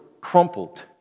crumpled